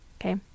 okay